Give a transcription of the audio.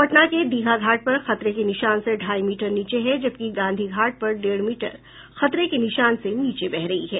पटना के दीघा घाट पर खतरे के निशान से ढ़ाई मीटर नीचे है जबकि गांधी घाट पर डेढ़ मीटर खतरे के निशान से नीचे बह रही है